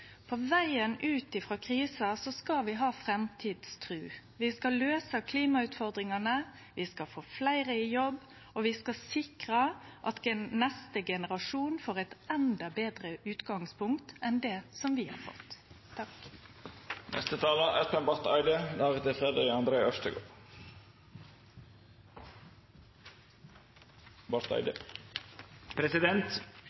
På vegen ut av krisa skal vi ha framtidstru, vi skal løyse klimautfordringane, vi skal få fleire i jobb, og vi skal sikre at neste generasjon får eit endå betre utgangspunkt enn det vi har fått.